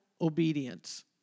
obedience